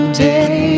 day